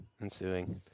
ensuing